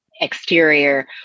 exterior